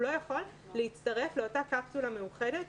הוא לא יוכל להצטרף לאותה קפסולה מאוחדת.